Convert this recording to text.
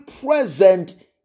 present